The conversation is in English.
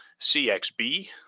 CXB